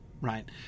right